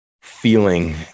feeling